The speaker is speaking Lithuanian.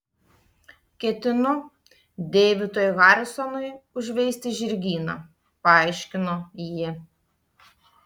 ketinu deividui harisonui užveisti žirgyną paaiškino ji